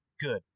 good